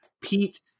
Pete